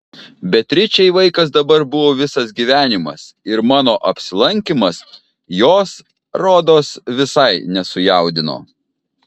beatričei vaikas dabar buvo visas gyvenimas ir mano apsilankymas jos rodos visai nesujaudino